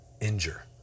injure